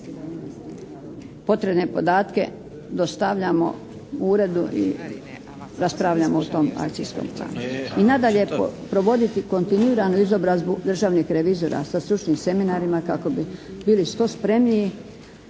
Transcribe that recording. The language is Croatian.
potrebne podatke dostavljamo Uredu i raspravljamo o tome. I nadalje, provoditi kontinuiranu izobrazbu državnih revizora sa stručnim seminarima kako bi bili što spremniji